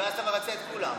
ואז אתה מרצה את כולם.